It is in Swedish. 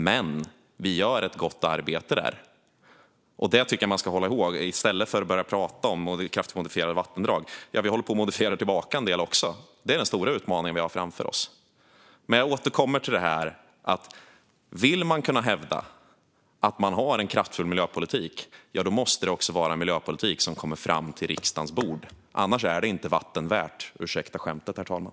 Men vi gör ett gott arbete där, och det tycker jag att man ska komma ihåg i stället för att börja prata om kraftigt modifierade vattendrag. Vi håller på att modifiera tillbaka en del också. Det är den stora utmaningen vi har framför oss. Men jag återkommer till detta: Vill man kunna hävda att man har en kraftfull miljöpolitik måste det också vara en miljöpolitik som kommer fram till riksdagens bord. Annars är det inte vatten värt - ursäkta skämtet, herr talman.